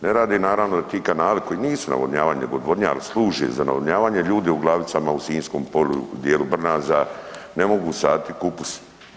Ne rade naravno jer ti kanali koji nisu navodnjavanje i odvodnja ali služe za navodnjavanje, ljudi u Glavicama, u Sinjskom polju, u djelu Brnaza, ne mogu saditi kupus.